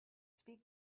speak